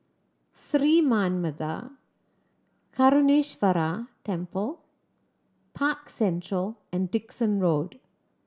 Sri Manmatha Karuneshvarar Temple Park Central and Dickson Road